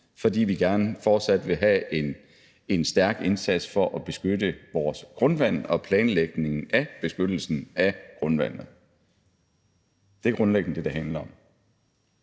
fordi vi fortsat gerne vil have en stærk indsats for at beskytte vores grundvand og for planlægningen af beskyttelsen af grundvandet. Det er grundlæggende det, det handler om.